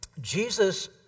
Jesus